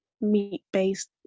meat-based